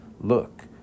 Look